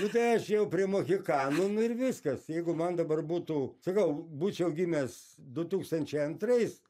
nu tai aš jau prie mochikanų nu ir viskas jeigu man dabar būtų sakau būčiau gimęs du tūkstančiai antrais